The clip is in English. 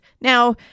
Now